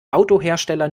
autohersteller